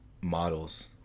models